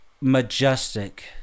majestic